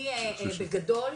אני בגדול,